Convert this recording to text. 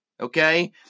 okay